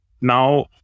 Now